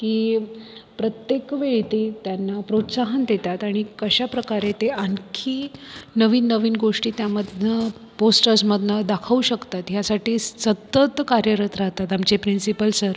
की प्रत्येक वेळी ते त्यांना प्रोत्साहन देतात आणि कशा प्रकारे ते आणखी नवीननवीन गोष्टी त्यामधनं पोस्टर्समधनं दाखवू शकतात ह्यासाठी सतत कार्यरत राहतात आमचे प्रिन्सिपल सर